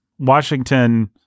Washington